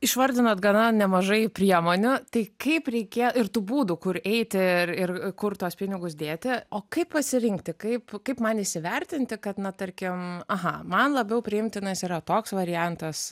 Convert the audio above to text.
išvardinot gana nemažai priemonių tai kaip reikia ir tų būdų kur eiti ir kur tuos pinigus dėti o kaip pasirinkti kaip kaip man įsivertinti kad na tarkim aha man labiau priimtinas yra toks variantas